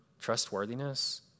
trustworthiness